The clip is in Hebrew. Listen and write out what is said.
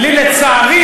לצערי,